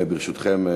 ברשותכם,